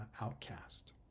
outcast